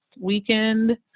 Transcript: weekend